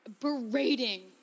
berating